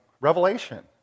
revelation